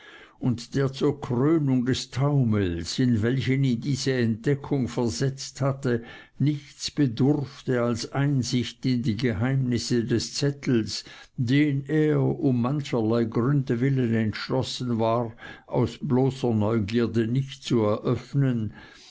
und der zur krönung des taumels in welchen ihn diese entdeckung versetzt hatte nichts bedurfte als einsicht in die geheimnisse des zettels den er um mancherlei gründe willen entschlossen war aus bloßer neugierde nicht zu eröffnen